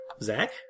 Zach